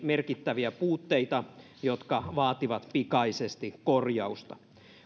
merkittäviä puutteita jotka vaativat pikaisesti korjausta